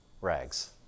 rags